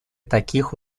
таких